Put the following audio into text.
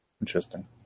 Interesting